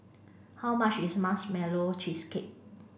how much is marshmallow cheesecake